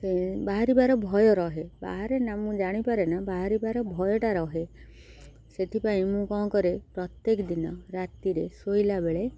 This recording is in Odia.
ବାହାରିବାର ଭୟ ରହେ ବାହାରେ ନା ମୁଁ ଜାଣିପାରେ ନା ବାହାରିବାର ଭୟଟା ରହେ ସେଥିପାଇଁ ମୁଁ କ'ଣ କରେ ପ୍ରତ୍ୟେକ ଦିନ ରାତିରେ ଶୋଇଲା ବେଳେ